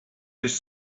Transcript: just